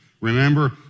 Remember